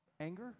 anger